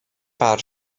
bar